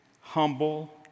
humble